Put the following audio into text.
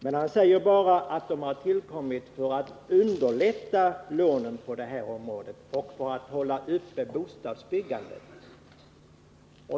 Men han säger bara att den har tillkommit för att underlätta lånen på det här området och för att hålla uppe bostadsbyggandet.